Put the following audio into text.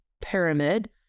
pyramid